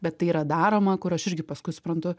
bet tai yra daroma kur aš irgi paskui suprantu